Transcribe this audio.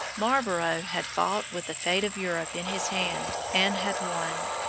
marlborough had fought with the fate of europe in his hand and had won.